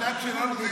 הדת שלנו זה יוליה.